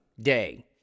Day